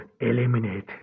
eliminate